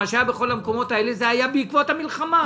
מה שהיה בכל המקומות האלה זה היה בעקבות המלחמה.